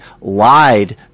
lied